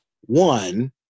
one